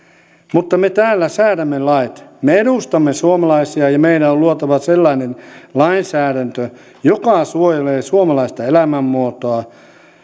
mutta me täällä säädämme lait me edustamme suomalaisia ja meidän on luotava sellainen lainsäädäntö joka suojelee suomalaista elämänmuotoa